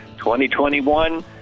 2021